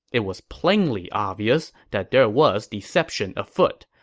it was plainly obvious that there was deception afoot.